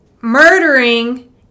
murdering